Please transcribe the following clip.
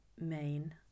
main